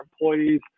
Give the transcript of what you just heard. employees